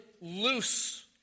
loose